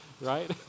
Right